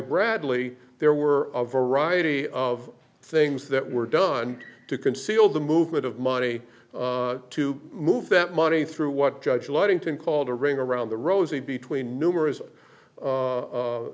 bradley there were a variety of things that were done to conceal the movement of money to move that money through what judge ludington called a ring around the rosie between numerous